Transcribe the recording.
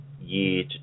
year